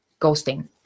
ghosting